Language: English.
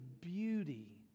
beauty